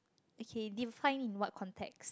okay define in what content